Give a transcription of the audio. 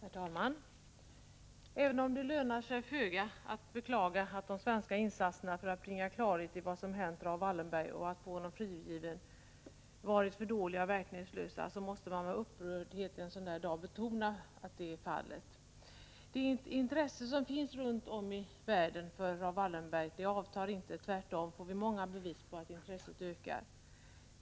Herr talman! Även om det lönar sig föga att beklaga att de svenska insatserna för att bringa klarhet i vad som hänt Raoul Wallenberg och för att få honom frigiven har varit för dåliga och verkningslösa, måste man en sådan här dag med upprördhet betona att de har varit det. Det intresse som finns runt om i världen för Raoul Wallenberg avtar inte — tvärtom får vi många bevis på att intresset ökar.